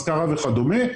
השכרה וכדומה,